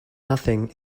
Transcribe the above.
nothing